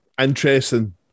interesting